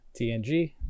tng